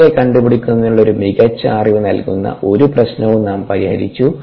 Kla കണ്ടുപിടിക്കുന്നതിലുള്ള ഒരു മികച്ച അറിവ് നൽകുന്ന ഒരു പ്രശ്നവും നാം പരിഹരിച്ചു